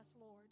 Lord